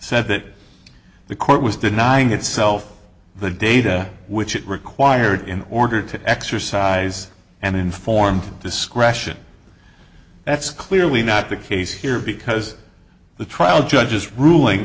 said that the court was denying itself the data which it required in order to exercise and informed discretion that's clearly not the case here because the trial judge's ruling